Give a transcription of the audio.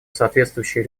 соответствующая